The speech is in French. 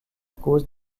cause